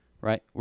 right